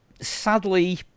sadly